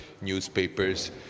newspapers